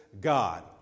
God